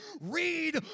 read